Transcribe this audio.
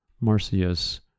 Marcius